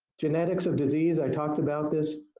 genetics of disease, i talked about this.